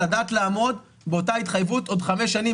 לדעת לעמוד באותה התחייבות עוד חמש שנים.